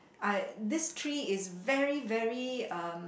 I this tree is very very um